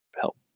help